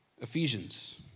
Ephesians